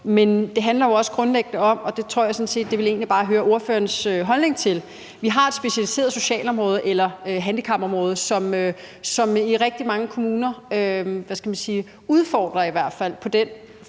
Men det handler også grundlæggende om, og det tror jeg sådan set jeg bare vil høre ordførerens holdning til, at vi har et specialiseret socialområde, eller handicapområde, som i rigtig mange kommuner er udfordret forstået på den måde,